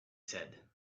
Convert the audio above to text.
said